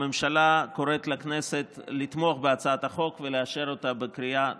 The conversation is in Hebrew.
הממשלה קוראת לכנסת לתמוך בהצעת החוק ולאשר אותה בקריאה טרומית,